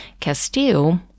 Castile